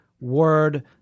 word